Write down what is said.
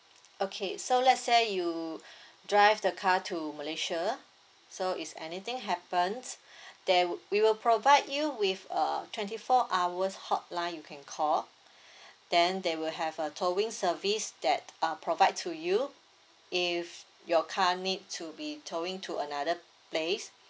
okay so let's say you drive the car to malaysia so is anything happened they would we will provide you with a twenty four hour hotline you can call then they will have a towing service that uh provide to you if your car need to be towing to another place